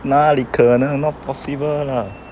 哪里可能 not possible lah